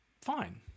fine